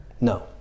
No